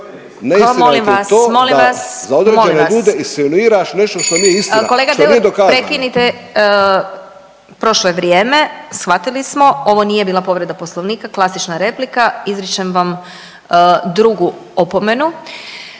molim vas/… …da za određene ljude insinuiraš nešto što nije istina, što nije dokazano.